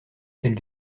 celle